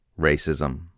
Racism